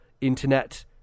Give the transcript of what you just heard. internet